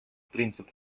принцип